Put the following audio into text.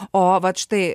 o vat štai